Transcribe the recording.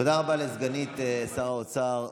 תודה רבה לסגנית שר האוצר.